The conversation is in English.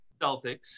Celtics